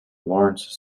lawrence